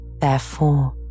Therefore